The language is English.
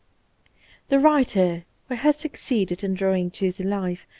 the writer who has succeeded in drawing to the life,